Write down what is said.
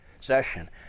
session